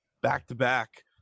back-to-back